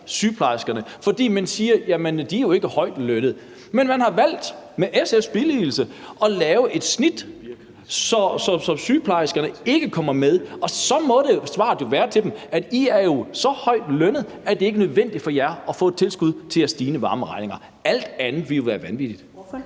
sygeplejerskerne, for man siger jo, at de ikke er højtlønnede, men man har valgt med SF's billigelse at lave et snit, så sygeplejerskerne ikke kommer med, og så må svaret til dem jo være: I er jo så højtlønnede, at det ikke er nødvendigt for jer at få et tilskud til jeres stigende varmeregninger. Alt andet ville jo være vanvittigt.